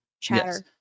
chatter